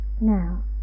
now